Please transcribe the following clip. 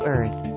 Earth